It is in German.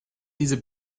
dieser